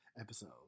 episode